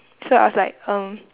so I was like um